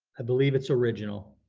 i believe it's original.